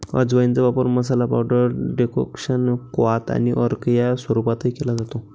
अजवाइनचा वापर मसाला, पावडर, डेकोक्शन, क्वाथ आणि अर्क या स्वरूपातही केला जातो